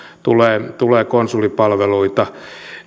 tulee tulee konsulipalveluita